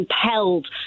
compelled